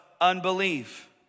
unbelief